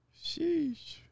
Sheesh